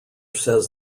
says